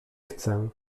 chcę